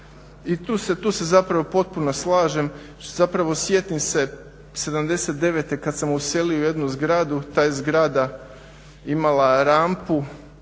I tu se zapravo potpuno slažem što zapravo sjetim se '79. kad sam uselio u jednu zgradu, ta je zgrada imala rampu